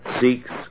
Seeks